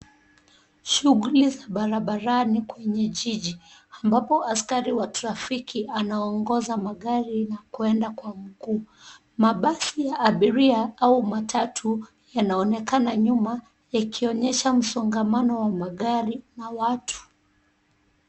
Shughuli za barabarani kwenye jiji ambapo askari wa trafiki anaongoza magari na kuenda kwa mguu. Mabasi ya abiria au matatu, yanaonekana nyuma, likionyesha msongamano wa magari na watu.